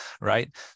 right